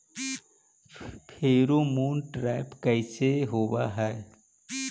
Pheromone trap कैसे होब हई?